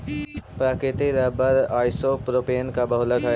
प्राकृतिक rubber isopropene के बहुलक हई